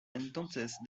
entonces